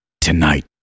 tonight